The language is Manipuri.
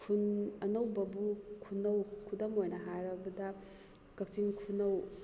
ꯈꯨꯟ ꯑꯅꯧꯕꯕꯨ ꯈꯨꯟꯅꯧ ꯈꯨꯗꯝ ꯑꯣꯏꯅ ꯍꯥꯏꯔꯕꯗ ꯀꯛꯆꯤꯡ ꯈꯨꯅꯧ